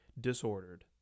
Disordered